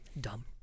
Dumb